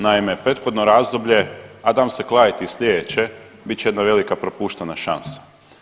Naime prethodno razdoblje a dam se kladiti i sljedeće bit će jedna velika propuštena šansa.